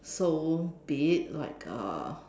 so be it like uh